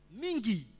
Mingi